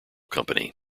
company